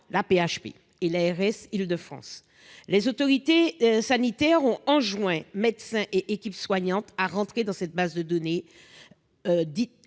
l'AP-HP et l'ARS d'Île-de-France. Les autorités sanitaires ont enjoint médecins et équipes soignantes d'intégrer dans cette base de données les